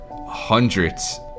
Hundreds